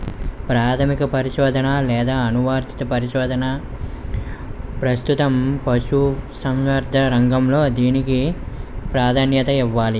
ప్రాథమిక పరిశోధన లేదా అనువర్తిత పరిశోధన? ప్రస్తుతం పశుసంవర్ధక రంగంలో దేనికి ప్రాధాన్యత ఇవ్వాలి?